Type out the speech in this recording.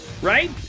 Right